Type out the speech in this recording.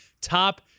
top